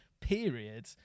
period